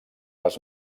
les